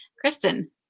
Kristen